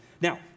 Now